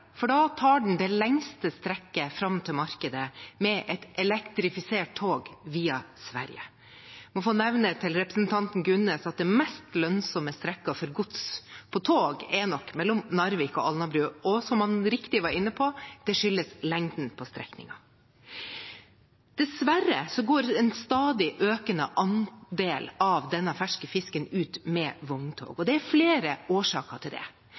for da tas det lengste strekket fram til markedet med et elektrifisert tog via Sverige. Jeg må få nevne til representanten Gunnes at det mest lønnsomme strekket for gods på tog er nok det mellom Narvik og Alnabru. Og som han riktig var inne på; det skyldes lengden på strekningen. Dessverre går en stadig økende andel av denne ferske fisken ut med vogntog, og det er flere årsaker til det.